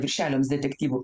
viršeliams detektyvų